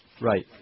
Right